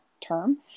term